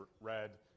read